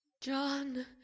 John